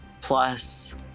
plus